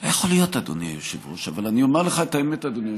לא יכול להיות, אדוני היושב-ראש,